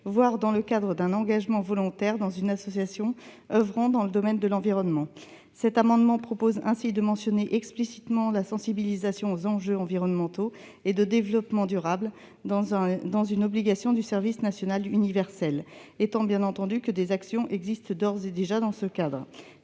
voire dans le cadre d'un engagement volontaire dans une association oeuvrant dans le domaine de l'environnement. Cet amendement tend donc à mentionner explicitement la sensibilisation aux enjeux environnementaux et de développement durable parmi les obligations du service national universel, étant entendu que des actions existent d'ores et déjà dans ce cadre.